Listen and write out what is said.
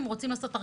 צריך גם